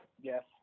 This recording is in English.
Yes